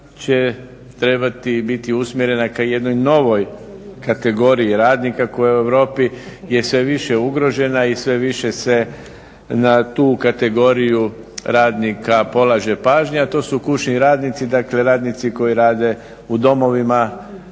će trebati biti usmjerena k jednoj novoj kategoriji radnika koja je u Europi sve više ugrožena i sve više se na tu kategoriju radnika polaže pažnja, a to su kućni radnici, dakle radnici koji rade u domovima